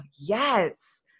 yes